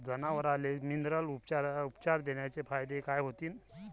जनावराले मिनरल उपचार देण्याचे फायदे काय होतीन?